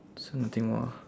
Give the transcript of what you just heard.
so nothing more ah